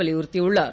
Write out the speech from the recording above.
வலியுறுத்தியுள்ளார்